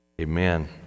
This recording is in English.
Amen